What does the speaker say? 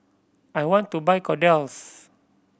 I want to buy Kordel's